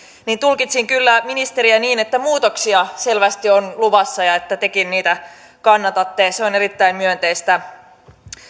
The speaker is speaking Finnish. niin tulkitsin kyllä ministeriä niin että muutoksia selvästi on luvassa ja että tekin niitä kannatatte se on erittäin myönteistä